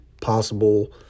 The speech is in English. possible